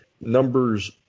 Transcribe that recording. numbers